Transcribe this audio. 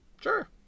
Sure